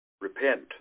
repent